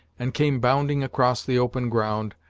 and came bounding across the open ground,